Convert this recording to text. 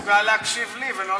הוא מסוגל להקשיב לי ולא לך.